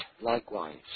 likewise